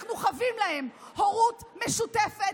ואנחנו חבים להם הורות משותפת,